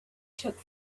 took